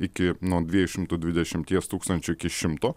iki nuo dviejų šimtų dvidešimties tūkstančių iki šimto